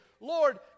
Lord